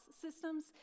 systems